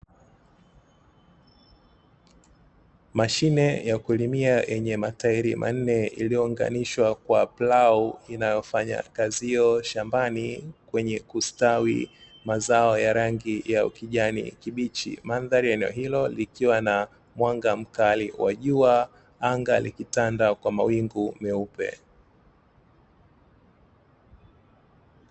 Mashine ya kulimia yenye matairi manne iliyounganishwa kwa plau inayofanya kazi hiyo shambani kwenye kustawi mazao ya rangi ya ukijani kibichi, mandhari ya eneo hilo likiwa na mwanga mkali wa jua anga likitanda kwa mawingu meupe.